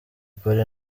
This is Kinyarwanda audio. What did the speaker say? polly